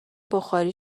بخاری